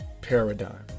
paradigm